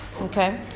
Okay